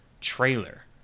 trailer